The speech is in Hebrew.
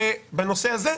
בנושא הזה,